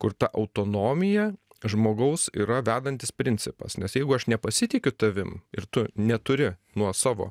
kur ta autonomija žmogaus yra vedantis principas nes jeigu aš nepasitikiu tavim ir tu neturi nuo savo